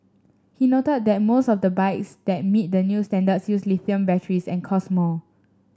he noted that most of the bikes that meet the new standards use lithium batteries and cost more